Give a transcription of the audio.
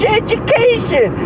education